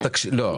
תשובה.